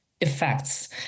Effects